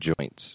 joints